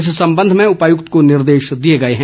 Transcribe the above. इस संबंध में उपायक्त को निर्देश दिए गए हैं